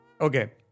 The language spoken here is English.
Okay